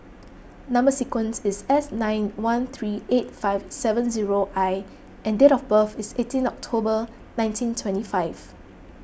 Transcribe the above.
Number Sequence is S nine one three eight five seven zero I and date of birth is eighteen October nineteen twenty five